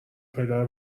پدر